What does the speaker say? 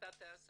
אתה תקיים